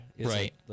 right